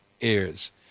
ears